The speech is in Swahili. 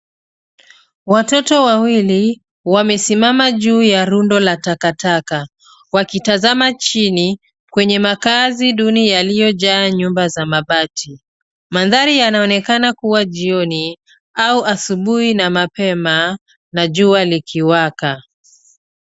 Watoto wawili wamesimama juu ya rundo la takataka, wakitazama chini kwenye makazi duni yaliyojaa nyumba za mabati. Mandhari yanaonekana kuwa jioni au asubuhi na mapema na jua likiwaka.